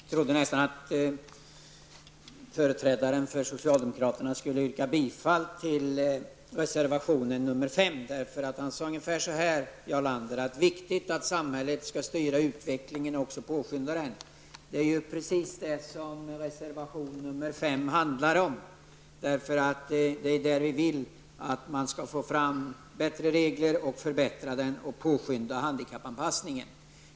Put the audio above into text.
Herr talman! Jag trodde nog att företrädaren för socialdemokraterna skulle yrka bifall till reservation nr 5. Jarl Lander sade ju ungefär så här: Det är viktigt att samhället styr utvecklingen och påskyndar denna. Det är precis vad reservation nr 5 handlar om. Vi reservanter säger ju där att vi vill ha bättre regler -- detta för att kunna åstadkomma en förbättring, för att kunna påskynda handikappanpassningen.